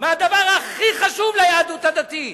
מהדבר הכי חשוב ליהדות הדתית,